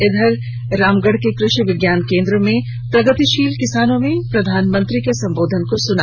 इधर रामगढ़ के कृषि विज्ञान केंद्र में प्रगतिशील किसानों में प्रधानमंत्री के संबोधन को सुना